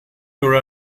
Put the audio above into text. your